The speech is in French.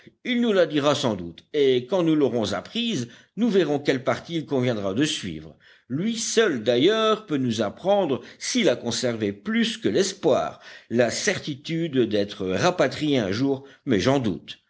il nous la dira sans doute et quand nous l'aurons apprise nous verrons quel parti il conviendra de suivre lui seul d'ailleurs peut nous apprendre s'il a conservé plus que l'espoir la certitude d'être rapatrié un jour mais j'en doute